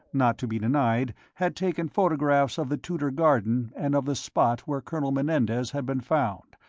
not to be denied, had taken photographs of the tudor garden and of the spot where colonel menendez had been found,